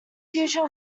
future